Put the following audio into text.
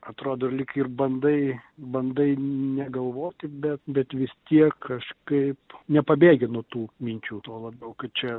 atrodo lyg ir bandai bandai negalvoti bet bet vis tiek kažkaip nepabėgi nuo tų minčių tuo labiau kad čia